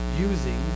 using